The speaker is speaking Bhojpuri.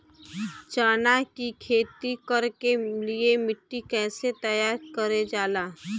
चना की खेती कर के लिए मिट्टी कैसे तैयार करें जाला?